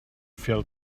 fell